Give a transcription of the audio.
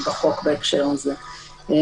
בין היתר בגלל שיש גם הקשרים אחרים של הפרת בידוד,